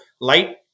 light